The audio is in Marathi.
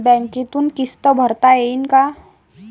बँकेतून किस्त भरता येईन का?